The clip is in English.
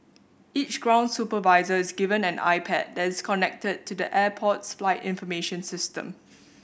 each ground supervisor is given an iPad that is connected to the airport's flight information system